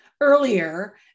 earlier